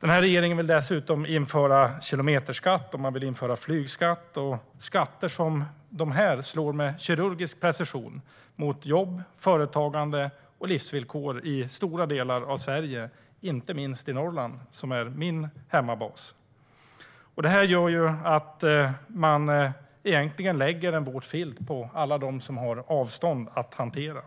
Regeringen vill dessutom införa kilometerskatt och flygskatt. Skatter som dessa slår med kirurgisk precision mot jobb, företagande och livsvillkor i stora delar av Sverige. Det gäller inte minst Norrland, som är min hemmabas. Detta gör att man egentligen lägger en våt filt på alla dem som har avstånd att hantera.